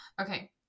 okay